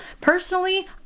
Personally